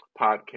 podcast